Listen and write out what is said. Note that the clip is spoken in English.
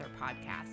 Podcast